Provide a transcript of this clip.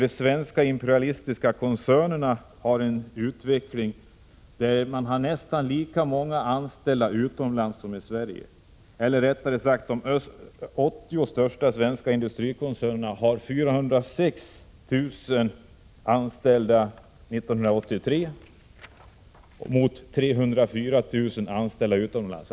De svenska imperialistiska koncernerna går mot en utveckling där de har nästan lika många anställda utomlands som i Sverige — 1983 hade de 80 största svenska industrikoncernerna 406 000 anställda i Sverige och 304 000 anställda utomlands.